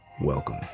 welcome